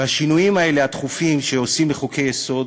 והשינויים האלה הדחופים שעושים לחוקי-יסוד